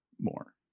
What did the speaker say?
more